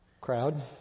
crowd